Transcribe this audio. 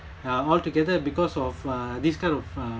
uh altogether because of uh this kind of uh